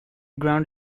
ground